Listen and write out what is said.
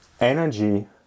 energy